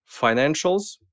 Financials